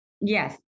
Yes